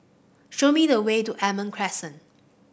show me the way to Almond Crescent